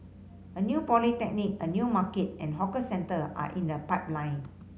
a new polyclinic a new market and hawker centre are in the pipeline